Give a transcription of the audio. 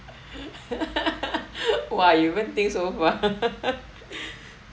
!wah! you even think so far